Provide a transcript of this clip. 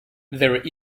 there